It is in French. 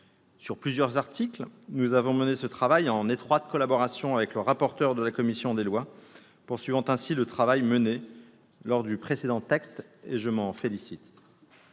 Sur plusieurs articles, nous avons mené ce travail en étroite collaboration avec le rapporteur pour avis de la commission des lois, poursuivant ainsi le travail mené lors du précédent texte, et je m'en félicite.